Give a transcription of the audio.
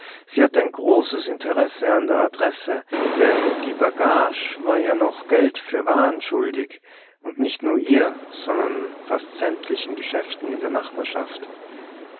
sie hatte ein großes interesse an der adresse denn die bagasch war ihr noch geld für waren schuldig und nicht nur ihr sondern fast sämtlichen geschäften in der nachbarschaft